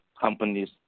companies